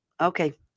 okay